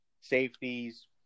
safeties